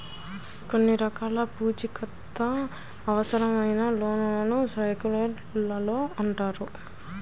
కొన్ని రకాల పూచీకత్తు అవసరమయ్యే లోన్లను సెక్యూర్డ్ లోన్లు అంటారు